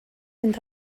mynd